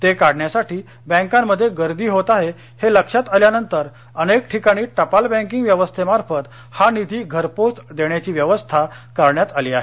ते काढण्यासाठी बँकामध्ये गर्दी होत आहे हे लक्षात आल्यानंतर अनेक ठिकाणी टपाल बँकिंग व्यवस्थेमार्फत हा निधी घरपोच देण्याची व्यवस्था करण्यात आली आहे